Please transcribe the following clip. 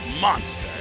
monster